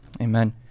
amen